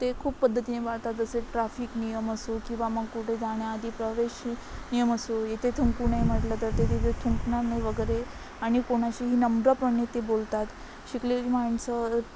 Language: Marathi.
ते खूप पद्धतीने वाढतात जसे ट्राफिक नियम असो किंवा मग कुठे जाण्याआधी प्रवेश नियम असो इथे थुंकू नये म्हटलं तर ते तिथे थुंकणार नाही वगैरे आणि कोणाशीही नम्रपणे ते बोलतात शिकलेली माणसं